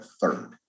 third